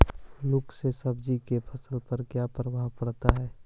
लुक से सब्जी के फसल पर का परभाव पड़तै?